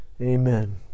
Amen